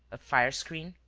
a fire-screen.